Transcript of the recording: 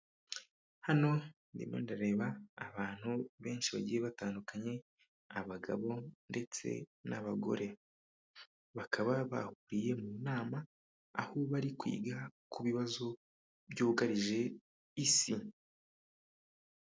Hano ndimo ndareba abantu benshi bagiye batandukanye, abagabo ndetse n'abagore. Bakaba bahuriye mu nama, aho bari kwiga ku bibazo byugarije isi.